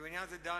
דן,